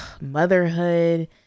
motherhood